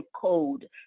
code